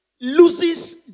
loses